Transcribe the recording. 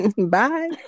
bye